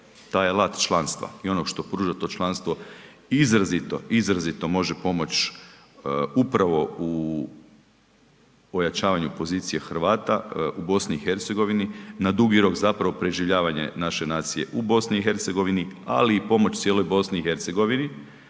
taj alat članstva i onog što pruža to članstvo izrazito, izrazito može pomoći upravo u ojačavanju pozicije Hrvata u BiH, na dug rok zapravo preživljavanje naše nacije u BiH, ali i pomoć cijeloj BiH.